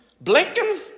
blinking